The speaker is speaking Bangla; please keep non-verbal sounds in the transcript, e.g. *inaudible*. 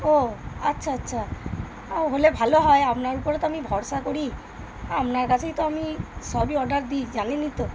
ও আচ্ছা আচ্ছা *unintelligible* হলে ভালো হয় আপনার উপরে তো আমি ভরসা করি আপনার কাছেই তো আমি সবই অর্ডার দিই জানেনই তো